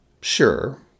Sure